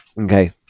Okay